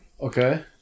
Okay